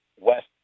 West